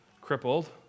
crippled